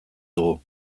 dugu